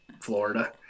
Florida